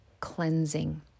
cleansing